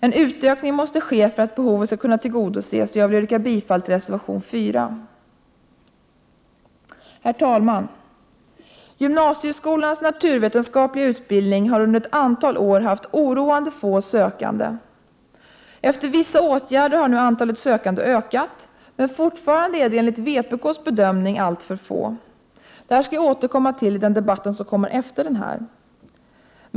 En utökning måste ske för att behovet skall kunna tillgodoses. Jag vill yrka bifall till reservation 4. Herr talman! Gymnasieskolans naturvetenskapliga utbildning har under ett antal år haft oroande få sökande. Efter vissa åtgärder har nu antalet sökande ökat, men fortfarande är det, enligt vpk:s bedömning, alltför litet. Detta skall jag återkomma till i nästa debatt.